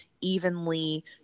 evenly